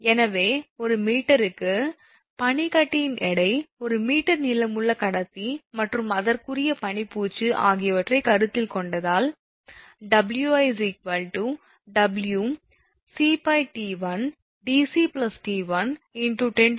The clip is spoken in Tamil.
எனவே ஒரு மீட்டருக்கு பனிக்கட்டியின் எடை 1 மீட்டர் நீளமுள்ள கடத்தி மற்றும் அதற்குரிய பனிப் பூச்சு ஆகியவற்றைக் கருத்தில் கொண்டதால் 𝑊𝑖𝑊𝑐𝜋𝑡1𝑑𝑐𝑡1×10−4 𝐾𝑔𝑚